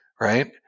right